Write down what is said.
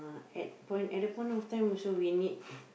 at point at that point also we need